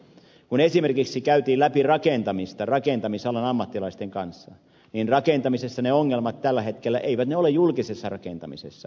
kun esimerkiksi käytiin läpi rakentamista rakentamisalan ammattilaisten kanssa niin rakentamisessa ne ongelmat tällä hetkellä eivät ole julkisessa rakentamisessa